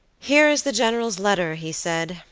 here is the general's letter, he said,